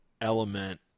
element